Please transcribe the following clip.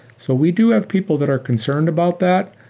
so we do have people that are concerned about that.